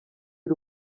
y’u